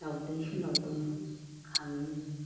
दाउदै सोरनाव दं खाङो